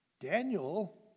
Daniel